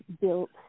built